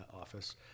office